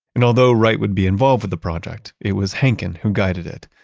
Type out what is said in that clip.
and although wright would be involved with the project, it was henken who guided it,